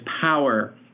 power